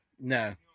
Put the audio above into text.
No